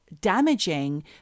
damaging